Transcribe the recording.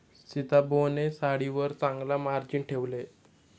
सीताबोने साडीवर चांगला मार्जिन ठेवले